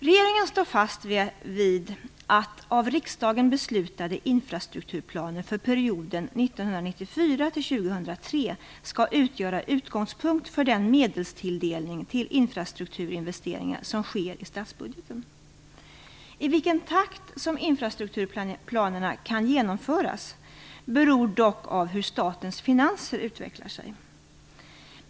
Regeringen står fast vid att av riksdagen beslutade infrastrukturplaner för perioden 1994 2003 skall utgöra utgångspunkt för den medelstilldelning till infrastrukturinvesteringar som sker i statsbudgeten. I vilken takt infrastrukturplanerna kan genomföras beror dock på hur statens finanser utvecklar sig.